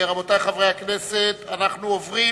רבותי חברי הכנסת, אנחנו עוברים